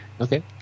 okay